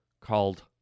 called